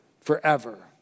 forever